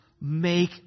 Make